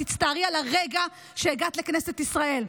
את תצטערי על הרגע שהגעת לכנסת ישראל.